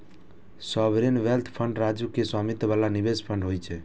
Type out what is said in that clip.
sovereign wealth fund राज्य के स्वामित्व बला निवेश फंड होइ छै